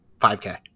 5K